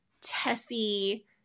tessie